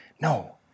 No